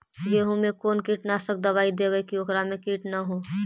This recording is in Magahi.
गेहूं में कोन कीटनाशक दबाइ देबै कि ओकरा मे किट न हो?